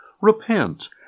Repent